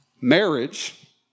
Marriage